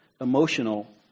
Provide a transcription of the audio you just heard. emotional